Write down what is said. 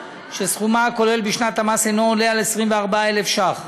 שסכומה הכולל בשנת המס אינו עולה על 24,000 ש׳"ח,